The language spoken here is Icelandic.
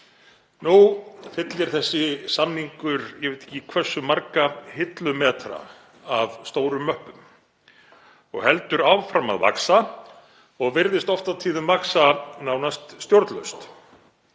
Nú fyllir þessi samningur, ég veit ekki hversu marga hillumetra af stórum möppum og heldur áfram að vaxa og virðist oft á tíðum vaxa nánast stjórnlaust.